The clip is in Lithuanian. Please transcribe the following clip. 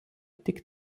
tik